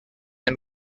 and